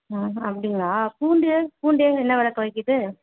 ம் அப்படிங்களா பூண்டு பூண்டு என்ன வெலைக்கா விற்கிது